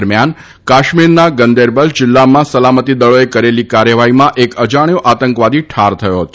દરમ્યાન કાશ્મીરના ગંદેરબલ જિલ્લામાં સલામતીદળોએ કરેલી કાર્યવાહીમાં એક અજાણ્યો આતંકવાદી ઠાર થયો છે